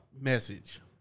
message